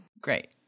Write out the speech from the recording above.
Great